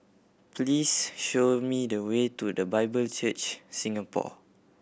please show me the way to The Bible Church Singapore